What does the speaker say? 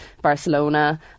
Barcelona